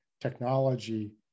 technology